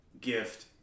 gift